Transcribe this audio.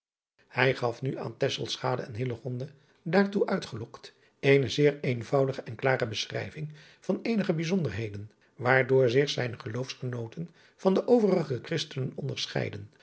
ij gaf nu aan en daartoe uitgelokt eene zeer eenvoudige en klare beschrijving van eenige bijzonderheden waardoor zich zijne geloofsgenooten van de overige hristenen onderscheiden